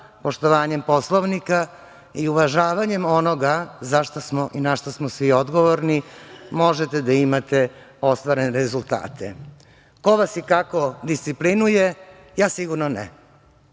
poštovanjem Poslovnika i uvažavanjem onoga za šta smo i na šta smo svi odgovorni, možete da imate ostvarene rezultate. Ko vas i kako disciplinuje, ja sigurno ne. Da